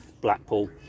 Blackpool